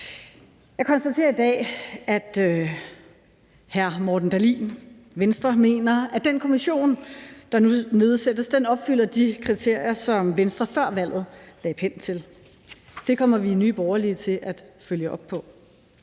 Jeg konstaterer i dag, at hr. Morten Dahlin, Venstre, mener, den kommission, der nu nedsættes, opfylder de kriterier, som Venstre før valget lagde pen til. Det kommer vi i Nye Borgerlige til at følge op på.